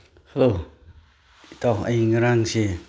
hello ꯏꯇꯥꯎ ꯑꯩ ꯉꯔꯥꯡꯁꯦ